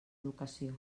educació